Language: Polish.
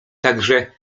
także